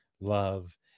love